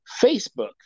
Facebook